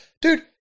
Dude